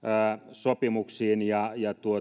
sopimuksiin ja ja